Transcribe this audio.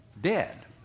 dead